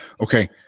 Okay